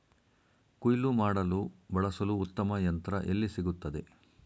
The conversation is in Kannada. ಕುಯ್ಲು ಮಾಡಲು ಬಳಸಲು ಉತ್ತಮ ಯಂತ್ರ ಎಲ್ಲಿ ಸಿಗುತ್ತದೆ?